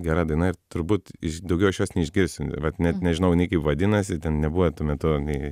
gera diena ir turbūt iš daugiau aš jos neišgirsiu bet net nežinau nei kaip vadinasi ten nebuvo tuo metu nei